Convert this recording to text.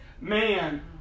man